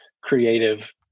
creative